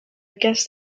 guess